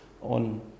on